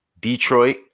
Detroit